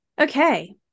Okay